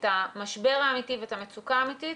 את המשבר האמיתי ואת המצוקה האמיתית,